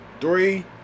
three